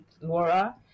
Laura